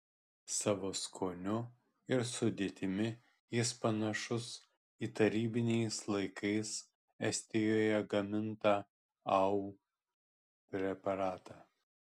savo skoniu ir sudėtimi jis panašus į tarybiniais laikais estijoje gamintą au preparatą